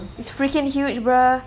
it's freaking huge girl